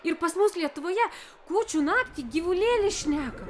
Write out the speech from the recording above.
ir pas mus lietuvoje kūčių naktį gyvulėliai šneka